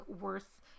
worth